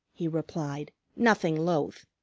he replied, nothing loath.